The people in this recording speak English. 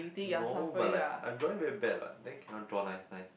no but like I drawing very bad lah then cannot draw nice nice